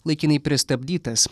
laikinai pristabdytas